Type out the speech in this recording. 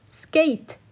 skate